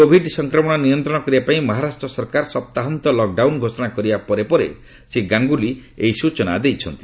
Covid ସଂକ୍ରମଣ ନିୟନ୍ତ୍ରଣ କରିବା ପାଇଁ ମହାରାଷ୍ଟ୍ର ସରକାର ସପ୍ତାହନ୍ତ ଲକ୍ଡାଉନ ଘୋଷଣା କରିବା ପରେ ପରେ ଶ୍ରୀ ଗାଙ୍ଗୁଲି ଏହି ସୂଚନା ଦେଇଛନ୍ତି